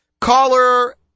Caller